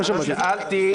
לא שמעתי.